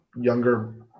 younger